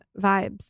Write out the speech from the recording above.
vibes